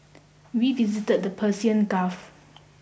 we visited the Persian Gulf